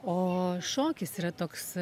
o šokis yra toks